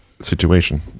situation